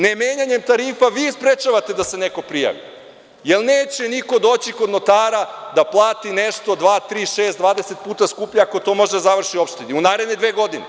Nemenjanjem tarifa, vi sprečavate da se neko prijavi, jer neće niko doći kod notara da plati nešto dva, tri, šest, 20 puta skuplje ako to može da završi u opštini u naredne dve godine.